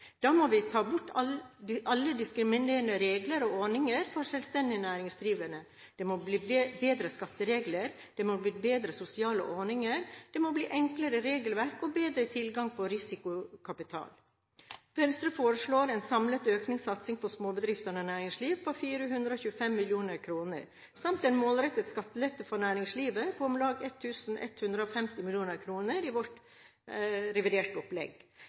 Da må vi ta bort alle diskriminerende regler og ordninger for selvstendig næringsdrivende. Det må bli bedre skatteregler, det må bli bedre sosiale ordninger, det må bli enklere regelverk og bedre tilgang på risikokapital. Venstre foreslår en samlet økt satsing på småbedrifter og næringsliv på 425 mill. kr samt en målrettet skattelette for næringslivet på om lag 1 150 mill. kr i vårt opplegg